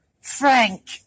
Frank